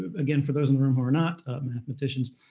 ah again, for those in the room who are not mathematicians,